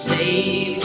Save